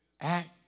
act